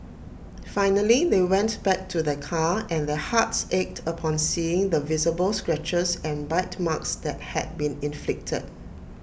finally they went back to their car and their hearts ached upon seeing the visible scratches and bite marks that had been inflicted